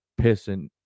pissing